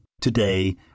Today